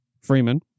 Freeman